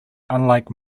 unlike